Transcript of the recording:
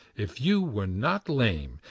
if you were not lame,